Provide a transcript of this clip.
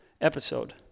episode